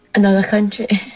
another country